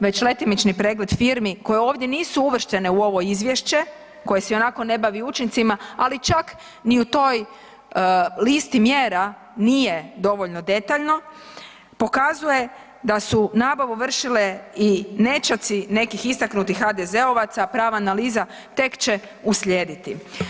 Već letimični pregled firmi koje ovdje nisu uvrštene u ovo izvješće koje se ionako ne bavi učincima, ali čak ni u toj listi mjera nije dovoljno detaljno, pokazuje da su nabavu vršile i nećaci nekih istaknutih HDZ-ovaca, prava analiza tek će uslijediti.